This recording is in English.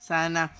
Sana